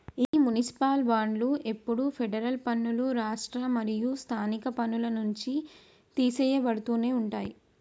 ఈ మునిసిపాల్ బాండ్లు ఎప్పుడు ఫెడరల్ పన్నులు, రాష్ట్ర మరియు స్థానిక పన్నుల నుంచి తీసెయ్యబడుతునే ఉంటాయి